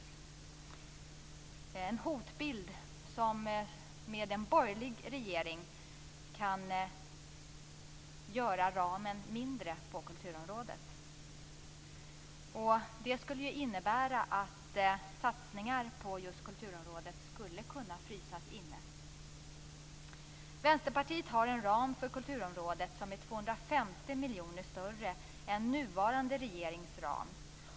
Det är en hotbild som med en borgerlig regering kan göra ramen på kulturområdet mindre. Det skulle innebära att satsningar på just kulturområdet skulle kunna frysas inne. Vänsterpartiet har en ram på kulturområdet som är 250 miljoner större än nuvarande regerings ram.